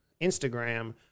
Instagram